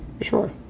Sure